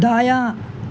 دایاں